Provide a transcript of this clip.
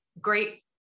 great